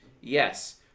Yes